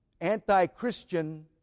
anti-christian